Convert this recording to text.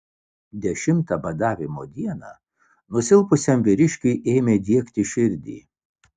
dešimtą badavimo dieną nusilpusiam vyriškiui ėmė diegti širdį